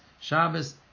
Shabbos